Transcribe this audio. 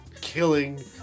killing